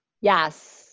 yes